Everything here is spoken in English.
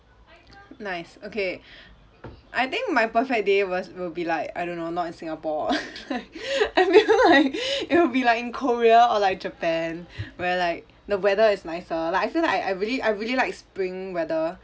nice okay I think my perfect day was will be like I don't know not in singapore I know like it will be like in korea or like japan where like the weather is nicer like I feel like I I really I really like spring weather